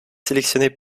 sélectionnées